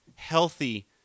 healthy